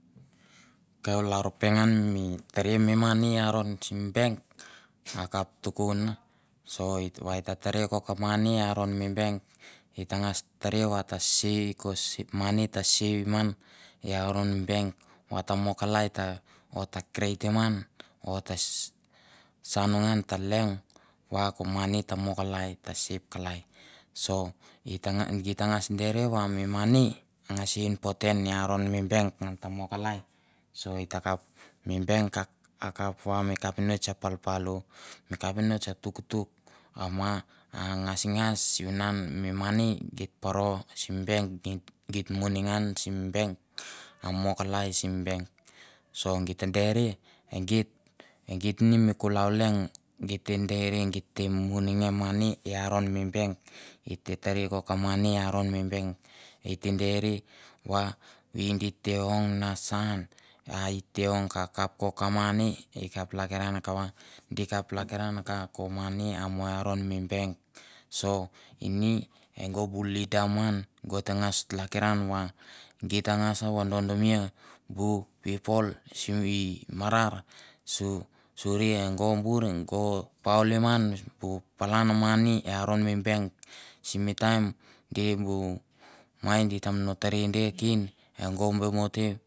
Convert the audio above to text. Ka u lalro pengan mi tere mi mani i aron sim bank akap tukon. So vat ta taria ko ka mani i aron mi bank i tangas taria va ta si ko si mani ta savim ngan i aron mi bank va ta mo kalai ta o ta creatim ngan ota saunu ngan ta leong va ko mani ta mo kalai ta save kalai. So itang go tangas derie va mi mani a ngas impotant ni i aron mi bank ngan ta mo kalai, so i takap, mi bank i kap va mi kapinots va a palpalo, mi kapinots a tuktuk a ma a ngasingas sivunan mi mani geit poro sim bank git muningan sim bank a mo kalai sim bank. So git deri e geit, e geit ni ma kulau leong geit te deri, geit te muninge mani i aron mi bank, et te tere ko ka mani i aron mi bank i te deri va vi di te ong na sa an a i te ong ka kap ko ka mani, i kap lakiran kava di kap lakiran ka ko mani a mo i aron mi bank. So ini e go bu lida amn go tangas lakiran va geit tangas vododomia bu people su e mara su suri e go bur go paulim an bu palan mani i aron mi bank simi taim di bu mai di tam no teria dia kind e go be mo te.